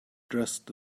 dressed